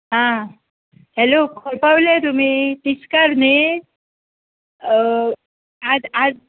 आं हॅलो खंय पावलेय तुमी तिसकार न्हय आज आज